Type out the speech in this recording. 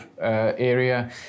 area